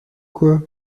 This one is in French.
quoi